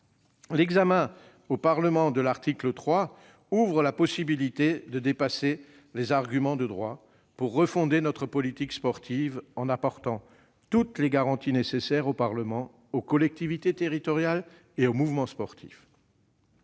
L'examen au Parlement de l'article 3 ouvre la possibilité de dépasser les arguments de droit pour refonder notre politique sportive en apportant toutes les garanties nécessaires au Parlement, aux collectivités territoriales et au mouvement sportif.